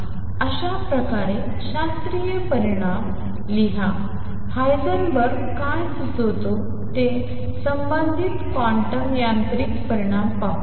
अशा प्रकारे शास्त्रीय परिणाम लिहा हाइसेनबर्ग काय सुचवतो ते संबंधित क्वांटम यांत्रिक परिणाम पाहू